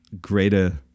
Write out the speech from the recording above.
greater